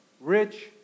rich